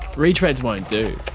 retreads won't do.